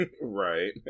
Right